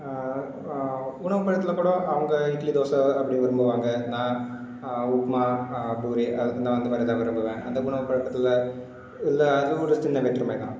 உணவு பழக்கத்தில் கூட அவங்க இட்லி தோசை அப்படி விரும்புவாங்கள் நான் உப்புமா பூரி அந்த அந்த மாதிரி தான் விரும்புவேன் அந்த உணவு பழக்கத்தில் இதில் அதுவும் ஒரு சின்ன வேற்றுமை தான்